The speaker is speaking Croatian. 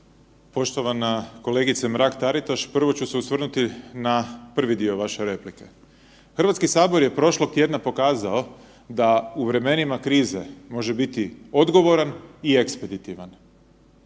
Poštovana kolegice Mrak Taritaš, prvo ću se osvrnuti na prvi dio vaše replike. Hrvatski sabor je prošlog tjedna pokazao da u vremenima krize može biti odgovoran i ekspeditivan.